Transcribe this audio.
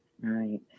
Right